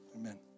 Amen